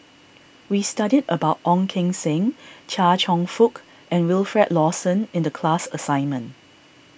we studied about Ong Keng Sen Chia Cheong Fook and Wilfed Lawson in the class assignment